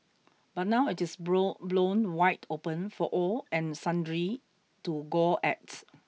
but now it is blown blown wide open for all and sundry to gawk at